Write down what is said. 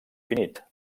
finit